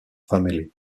family